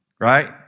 Right